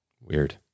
Weird